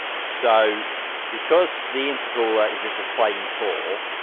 so because the intercooler is just a plain core.